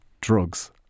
drugs